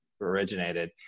originated